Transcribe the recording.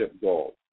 goals